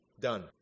Done